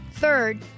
Third